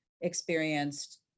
experienced